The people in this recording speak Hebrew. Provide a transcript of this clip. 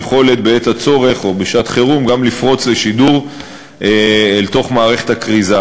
יכולת בעת הצורך או בשעת חירום גם לפרוץ לשידור אל תוך מערכת הכריזה.